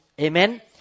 Amen